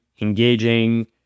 engaging